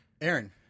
Aaron